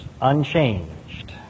unchanged